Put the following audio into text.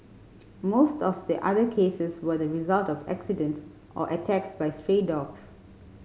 most of the other cases were the result of accidents or attacks by stray dogs